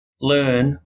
learn